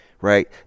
right